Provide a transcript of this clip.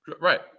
right